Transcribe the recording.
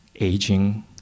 aging